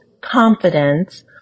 confidence